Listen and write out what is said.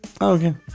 okay